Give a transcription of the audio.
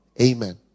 Amen